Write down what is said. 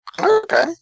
Okay